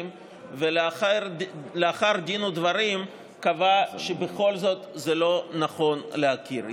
ולאחר לאחר דין ודברים קבע שבכל זאת זה לא נכון להכיר.